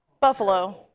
Buffalo